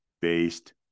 based